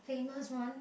famous one